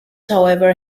however